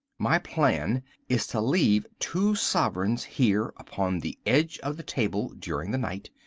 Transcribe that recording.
my plan is to leave two sovereigns here upon the edge of the table during the night.